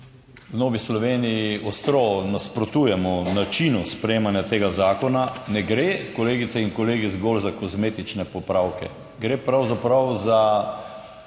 v Novi Sloveniji ostro nasprotujemo načinu sprejemanja tega zakona. Ne gre, kolegice in kolegi, zgolj za kozmetične popravke, gre pravzaprav za